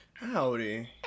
Howdy